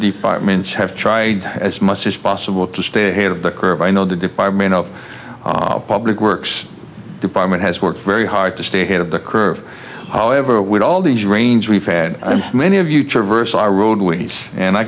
departments have try as much as possible to stay ahead of the curve i know the department of public works department has worked very hard to stay ahead of the curve however with all these rains we've had many of you traverse our roadways and i